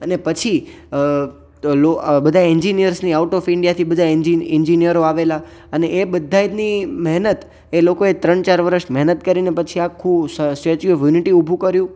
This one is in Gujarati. અને પછી લો બધા ઇન્જીનિયર્સની આઉટ ઓફ ઈન્ડિયાથી બધા એન્જિનિયરો આવેલા અને એ બધાયની મહેનત એ લોકોએ ત્રણ ચાર વર્ષ મહેનત કરીને પછી આખું સ્ટેચ્યુ ઓફ યુનિટી ઊભું કર્યું